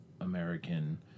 American